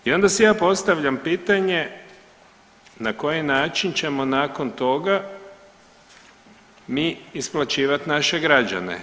I onda si ja postavljam pitanje, na koji način ćemo nakon toga mi isplaćivat naše građane?